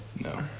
No